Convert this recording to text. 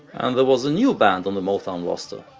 and there was a new band on the motown roster,